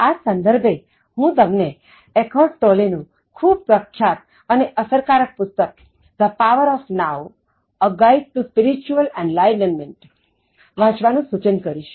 આ સંદર્ભે હું તમને Eckhart Tolle નું ખૂબ પ્રખ્યાત અને ખૂબ અસરકારક પુસ્તક The Power of NowA Guide to Spiritual Enlightenment વાંચવાનું સૂચન કરીશ